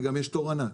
וגם יש תור ענק.